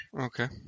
Okay